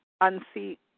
unseat